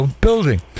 building